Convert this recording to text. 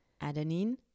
adenine